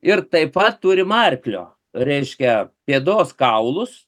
ir taip pat turim arklio reiškia pėdos kaulus